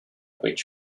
weight